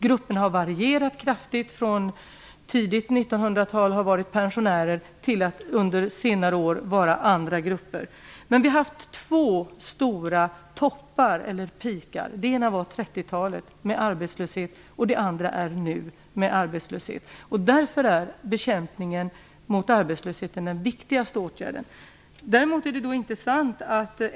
Grupperna har varierat kraftigt från tidigt 1900 tal då det var pensionärer till senare år då det är andra grupper. Vi har haft två stora toppar med arbetslöshet; den ena var 1930-talet, den andra är nu. Därför är bekämpningen av arbetslösheten den viktigaste åtgärden.